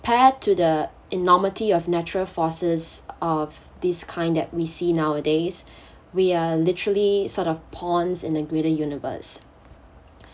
to the enormity of natural forces of this kind that we see nowadays we are literally sort of ponds in a greater universe